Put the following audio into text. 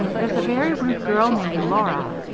there's a very rude girl named laura,